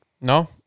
No